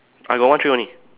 I got one tray only